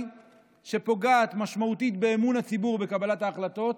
שפוגעת משמעותית באמון הציבור בקבלת ההחלטות,